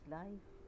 life